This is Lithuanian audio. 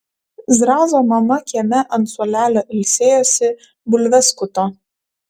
zrazo mama kieme ant suolelio ilsėjosi bulves skuto